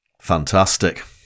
Fantastic